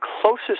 closest